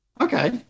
Okay